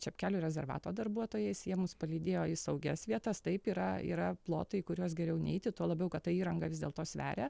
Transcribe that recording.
čepkelių rezervato darbuotojais jie mus palydėjo į saugias vietas taip yra yra plotai į kuriuos geriau neiti tuo labiau kad ta įranga vis dėlto sveria